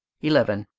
eleven.